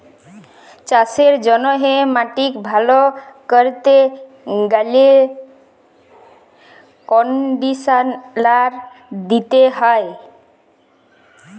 চাষের জ্যনহে মাটিক ভাল ক্যরতে গ্যালে কনডিসলার দিতে হয়